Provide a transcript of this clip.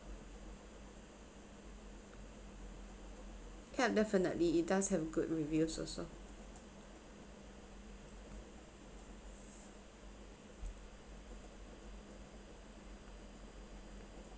can definitely it does have good reviews also